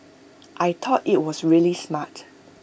I taught IT was really smart